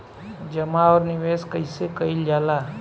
जमा और निवेश कइसे कइल जाला?